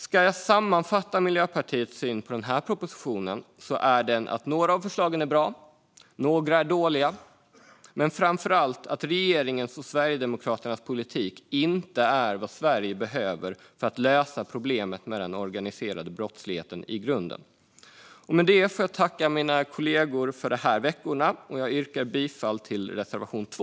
Ska jag sammanfatta Miljöpartiets syn på den här propositionen är den att några av förslagen är bra, några är dåliga, men framför allt är regeringens och Sverigedemokraternas politik inte vad Sverige behöver för att lösa problemet med den organiserade brottsligheten i grunden. Jag får tacka mina kollegor för dessa veckor, och jag yrkar bifall till reservation 2.